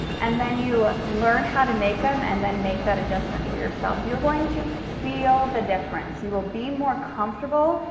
and then you learn how to make them and then make that adjustment for yourself, you're going to feel the difference, you will be more comfortable.